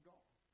God